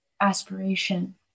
aspiration